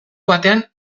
batean